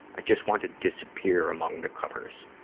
i just want to disappear among the covers.